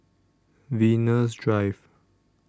Venus Drive